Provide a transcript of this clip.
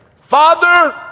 Father